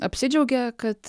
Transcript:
apsidžiaugė kad